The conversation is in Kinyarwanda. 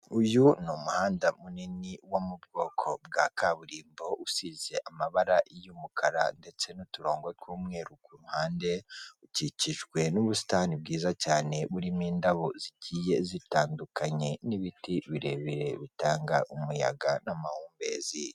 Uyu ni umuhanda munini wo mu bwoko bwa kaburimbo usize amabara y'umukara ndetse n'uturongo tw'umweru kumpande, ukikijwe n'ubusitani bwiza cyane burimo indabo zigiye zitandukanye, n'ibiti birebire bitanga umuyaga n'amahumbezi.